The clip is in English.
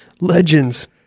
Legends